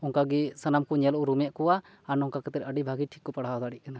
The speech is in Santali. ᱚᱱᱠᱟ ᱜᱮ ᱥᱟᱱᱟᱢ ᱠᱚ ᱧᱮᱞ ᱩᱨᱩᱢᱮᱫ ᱠᱚᱣᱟ ᱟᱨ ᱱᱚᱝᱠᱟ ᱠᱟᱛᱮᱫ ᱟᱹᱰᱤ ᱵᱷᱟᱜᱮ ᱴᱷᱤᱠ ᱯᱟᱲᱦᱟᱣ ᱫᱟᱲᱮᱜ ᱠᱟᱱᱟ